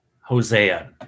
Hosea